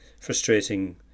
frustrating